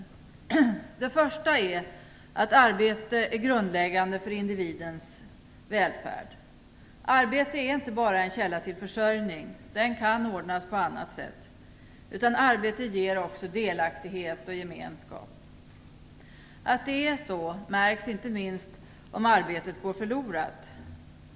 För det första: Arbete är grundläggande för individens välfärd. Arbete är inte bara en källa till försörjning - den kan ordnas på annat sätt - utan arbete ger också delaktighet och gemenskap. Att det är så märks inte minst om arbetet går förlorat.